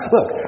Look